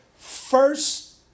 First